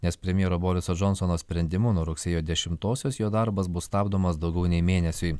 nes premjero boriso džonsono sprendimu nuo rugsėjo dešimtosios jo darbas bus stabdomas daugiau nei mėnesiui